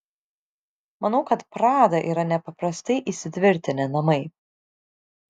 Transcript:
manau kad prada yra nepaprastai įsitvirtinę namai